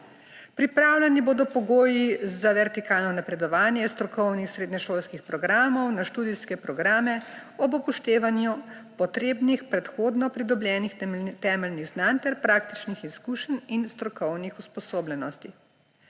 Pripravljeni bodo pogoji za vertikalno napredovanje strokovnih in srednješolskih programov na študijske programe, ob upoštevanju potrebnih predhodno pridobljenih temeljnih znanj ter praktičnih izkušenj in strokovne usposobljenosti.